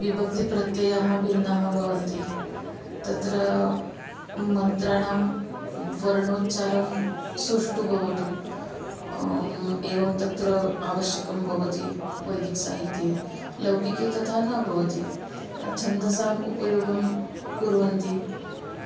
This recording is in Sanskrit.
विभक्तिप्रत्ययाः भिन्नाः भवन्ति तत्र मन्त्राणां वर्णोच्चारं सुष्ठु भवतु एवं तत्र आवश्यकं भवति वैदिकसाहित्ये लौकिके तथा न भवति छन्दसाम् उपयोगं कुर्वन्ति